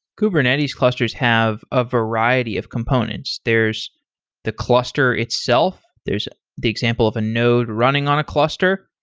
kubernetes clusters have a variety of components. there's the cluster itself. there's the example of a node running on a cluster.